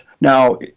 Now